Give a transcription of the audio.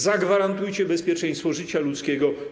Zagwarantujcie bezpieczeństwo życia ludzkiego.